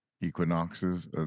equinoxes